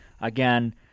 Again